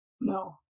no